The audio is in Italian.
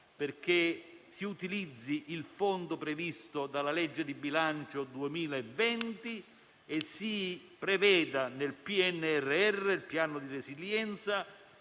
perché si utilizzi il fondo previsto dalla legge di bilancio 2020 e si preveda nel PNRR una specifica